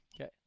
Okay